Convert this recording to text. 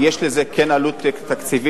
כן יש לזה עלות תקציבית,